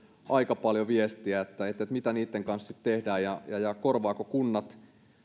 aika paljon viestiä että mitä niitten kanssa sitten tehdään ja ja korvaavatko kunnat